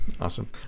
awesome